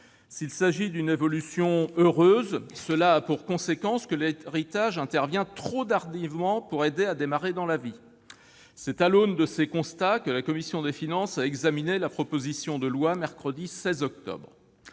S'il s'agit d'une évolution heureuse, cela a pour conséquence que l'héritage intervient trop tardivement pour aider à démarrer dans la vie. C'est à l'aune de ces constats que la commission des finances a examiné la proposition de loi mercredi 16 octobre.